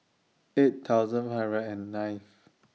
eight thousand hundred and nineth